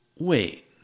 wait